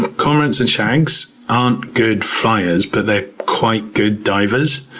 cormorants and shanks aren't good flyers, but they're quite good divers.